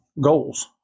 goals